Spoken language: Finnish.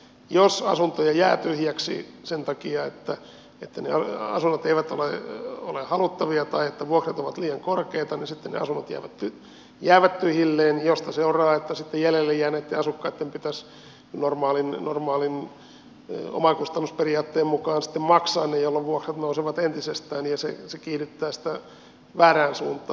jos asuntoja jää tyhjäksi sen takia että ne asunnot eivät ole haluttavia tai että vuokrat ovat liian korkeita niin sitten ne asunnot jäävät tyhjilleen mistä seuraa että jäljelle jääneitten asukkaitten pitäisi normaalin omakustannusperiaatteen mukaan sitten maksaa ne jolloin vuokrat nousevat entisestään ja se kiihdyttää sitä väärään suuntaan